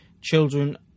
Children